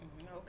Okay